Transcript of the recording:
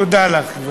תודה לך, גברתי.